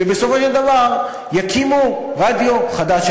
שבסופו של דבר יקימו עלינו רדיו חדש,